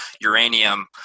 uranium